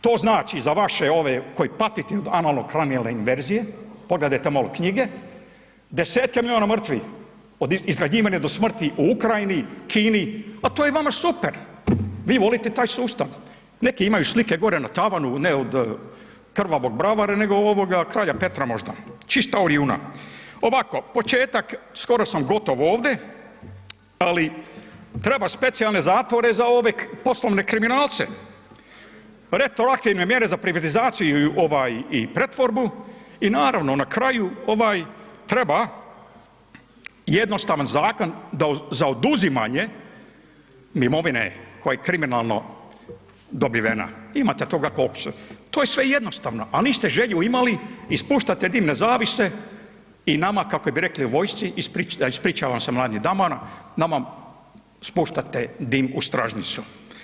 To znači za vaše ove koje pate od analno … inverzije, pogledajte malo knjige, desetke milijuna mrtvih od izgladnjivanja do smrti u Ukrajini, Kini. pa to je vama super, vi volite taj sustav, neki imaju slike gore na tavanu, ne od krvavog bravara, nego ovoga kralja Petra možda, čista … [[Govornik se ne razumije]] Ovako, početak, skoro sam gotov ovde, ali treba specijalne zatvore za ove poslovne kriminalce, retroaktivne mjere za privatizaciju i ovaj i pretvorbu i naravno na kraju ovaj treba jednostavan zakon za oduzimanje imovine koja je kriminalno dobivena, imate toga … [[Govornik se ne razumije]] to je sve jednostavno, a niste želju imali i spuštate dimne zavjese i nama, kako bi rekli u vojsci, a ispričavam se mladim damama, nama spuštate dim u stražnjicu.